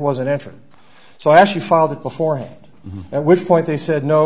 wasn't entered so i actually filed it beforehand at which point they said no